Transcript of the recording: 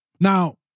Now